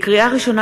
לקריאה ראשונה,